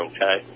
Okay